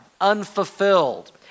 unfulfilled